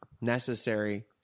necessary